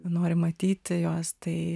nori matyti juos tai